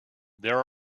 there